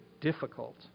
difficult